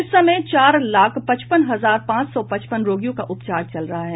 इस समय चार लाख पचपन हजार पांच सौ पचपन रोगियों का उपचार चल रहा हैं